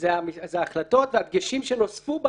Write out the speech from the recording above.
אלה ההחלטות והדגשים שנוספו בה,